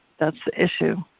that's the issue.